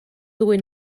ddwy